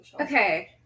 Okay